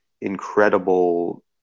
incredible